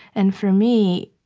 and for me,